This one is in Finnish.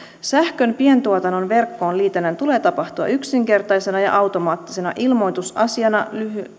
sähkön pientuotannon verkkoon liitännän tulee tapahtua yksinkertaisena ja automaattisena ilmoitusasiana